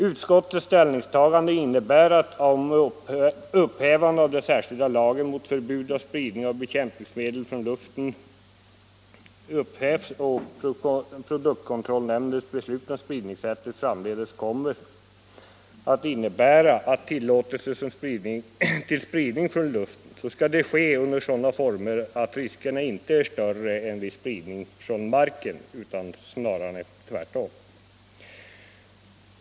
Utskottets ställningstagande innebär, att om upphävande av den särskilda lagen mot förbud av spridning av bekämpningsmedel från luften upphävs och produktkontrollnämndens beslut om spridningssättet framledes kommer att innebära tillåtelse till spridning från luften, skall det ske under sådana former att riskerna inte är större än vid spridning från marken.